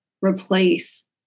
replace